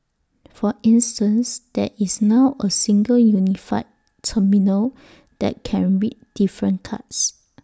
for instance there is now A single unified terminal that can read different cards